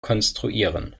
konstruieren